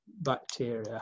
bacteria